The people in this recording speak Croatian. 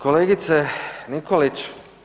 Kolegice Nikolić.